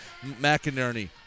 McInerney